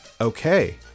okay